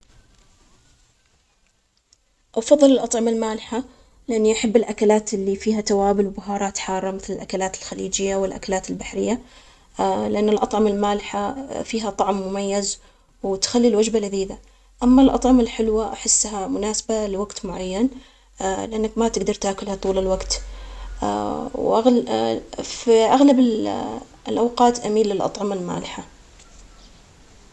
افضل الأطعمة المانحة لأني أحب الأكلات اللي فيها توابل وبهارات حارة مثل الأكلات الخليجية والأكلات البحرية. لأن الأطعمة المالحة فيها طعم مميز وتخلي الوجبة لذيذة، أما الأطعمة الحلوة أحسها مناسبة لوقت معين لأنك ما تقدر تاكلها طول الوقت. في أغلب ال الأوقات أميل للأطعمة المالحة.